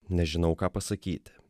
nežinau ką pasakyti